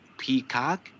peacock